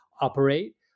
operate